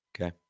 Okay